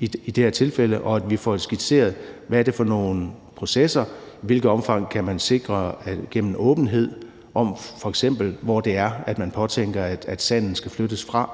i det her tilfælde, og at vi får skitseret, hvad det er for nogle processer, og i hvilket omfang man kan sikre det gennem åbenhed om f.eks., hvor det er, man påtænker at sandet skal flyttes fra,